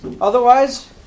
Otherwise